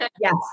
yes